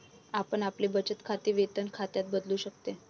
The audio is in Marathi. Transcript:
आपण आपले बचत खाते वेतन खात्यात बदलू शकता